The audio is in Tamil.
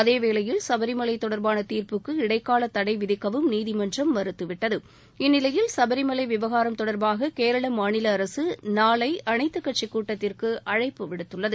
அதேவேளையில் சபரிமலை தொடர்பான தீர்ப்புக்கு இடைக்கால தடை விதிக்கவும் நீதிமன்றம் மறுத்துவிட்டது இந்நிலையில் சபரிமலை விவகாரம் தொடர்பாக கேரள மாநில அரசு நாளை அனைத்துக் கட்சிக் கூட்டத்திற்கு அழைப்பு விடுத்துள்ளது